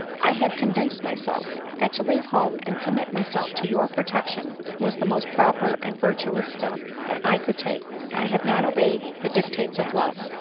i have convinced myself, that to leave home and commit myself to your protection was the most proper and virtuous step that i could take i have not obeyed the dictates of love,